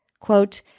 Quote